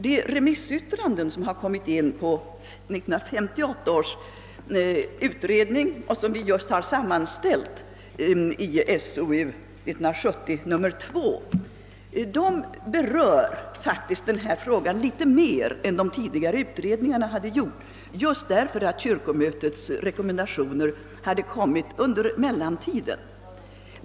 De remissyttranden som inkommit beträffande 1958 års utredning, vilka sammanställts i SOU 1970: 2, berör faktiskt den här frågan litet mer än de tidigare utredningarna just därför att kyrkomötets rekommendationer hade kommit under mellantiden.